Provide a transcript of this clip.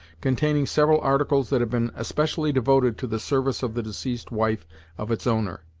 containing several articles that had been especially devoted to the service of the deceased wife of its owner,